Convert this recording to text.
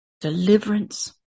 deliverance